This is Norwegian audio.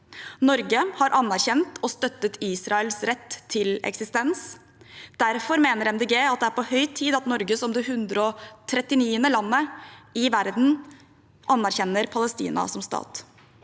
Norge har anerkjent og støttet Israels rett til eksistens. Derfor mener Miljøpartiet De Grønne at det er på høy tid at Norge, som det 139. landet i verden, anerkjenner Palestina som stat.